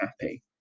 happy